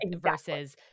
versus